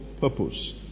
purpose